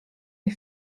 des